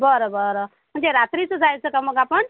बरं बरं म्हणजे रात्रीचं जायचं का मग आपण